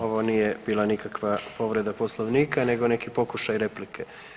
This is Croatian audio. Ovo nije bila nikakva povreda Poslovnika nego neki pokušaj replike.